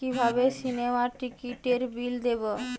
কিভাবে সিনেমার টিকিটের বিল দেবো?